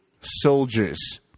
soldiers